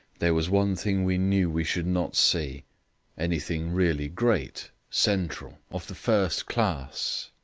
there was one thing we knew we should not see anything really great, central, of the first class,